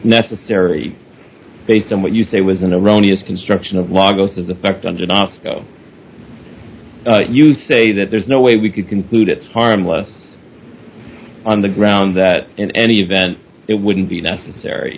necessary based on what you say was an erroneous construction of law goes into effect under not you say that there's no way we could conclude it's harmless on the ground that in any event it wouldn't be necessary